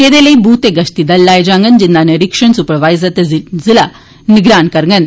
एहदे लेई बूथ ते गश्ती दल लाए जांडन जिंदा निरीक्षण सुपरवाइज़र ते ज़िला निगरान करंडन